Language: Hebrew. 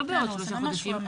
לא בעוד שלושה חודשים,